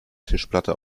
tischplatte